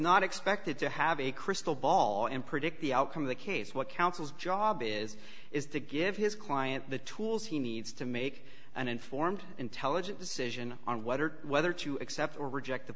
not expected to have a crystal ball and predict the outcome of the case what council's job is is to give his client the tools he needs to make an informed intelligent decision on what or whether to accept or reject the